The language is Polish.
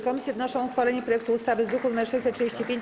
Komisje wnoszą o uchwalenie projektu ustawy z druku nr 635.